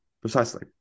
Precisely